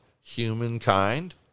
humankind